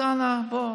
אז יאללה, בוא,